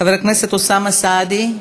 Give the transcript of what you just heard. חבר הכנסת אוסאמה סעדי.